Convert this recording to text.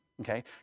okay